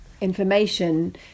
information